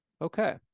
Okay